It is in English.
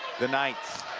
the knights,